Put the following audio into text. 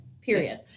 period